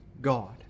God